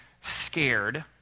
scared